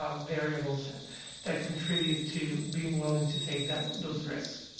ah variables that contribute to being willing to take that those risks.